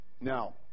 Now